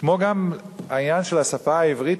כמו גם העניין של השפה העברית.